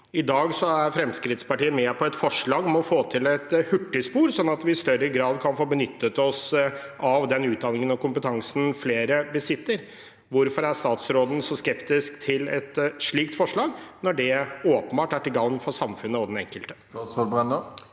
I dag er Fremskrittspartiet med på et forslag om å få til et hurtigspor, slik at vi i større grad kan få benyttet oss av den utdanningen og kompetansen flere besitter. Hvorfor er statsråden så skeptisk til et slikt forslag, når det åpenbart er til gagn for samfunnet og den enkelte?